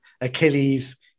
Achilles